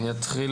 אני אתחיל